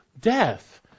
death